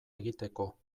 egiteko